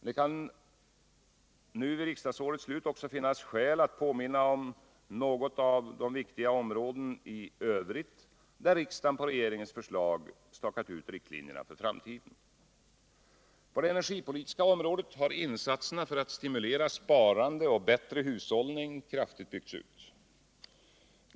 Det kan emellertid nu vid riksdagsårets slut också finnas skäl att påminna om något av de viktiga områden i övrigt, där riksdagen på regeringens förslag stakat ut riktlinjer för framtiden. På det energipolitiska området har insatserna för att stimulera sparande och bättre hushållning kraftigt byggts ut.